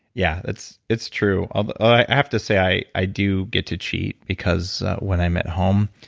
yeah. it's it's true. um i have to say, i i do get to cheat because when i'm at home,